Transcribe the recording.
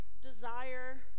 desire